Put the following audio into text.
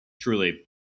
truly